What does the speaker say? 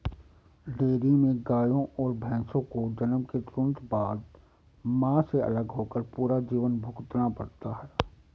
dairy में गायों और भैंसों को जन्म के तुरंत बाद, मां से अलग होकर पूरा जीवन भुगतना पड़ता है